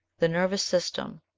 the nervous system,